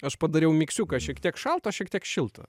aš padariau miksiuką šiek tiek šalto šiek tiek šilta